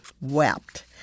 wept